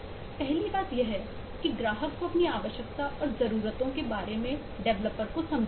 पहली बात यह है कि ग्राहक को अपनी आवश्यकता और जरूरतों के बारे में डेवलपर को समझाना है